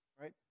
right